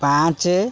ପାଞ୍ଚ